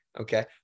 okay